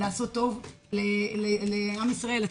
ובשביל משרד הבריאות התעקש לעשות איזה שהוא